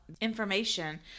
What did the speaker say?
information